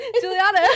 Juliana